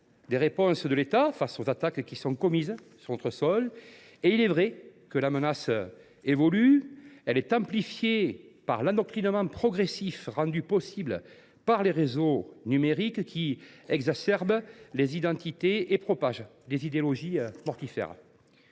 des réponses aux attaques qui sont commises sur notre sol. Il est vrai que la menace évolue. Elle est amplifiée par l’endoctrinement progressif rendu possible par les réseaux numériques, qui exacerbent les identités et propagent des idéologies mortifères.